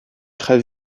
très